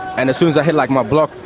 and as soon as i hit, like, my block,